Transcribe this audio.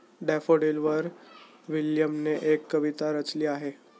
डॅफोडिलवर विल्यमने एक कविता रचली आहे